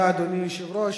אדוני היושב-ראש,